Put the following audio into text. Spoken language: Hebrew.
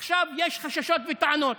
עכשיו יש חששות וטענות.